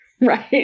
Right